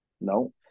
No